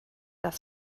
das